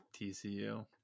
tcu